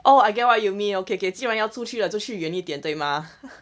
oh I get what you mean okay okay 既然要出去了就去远一点对吗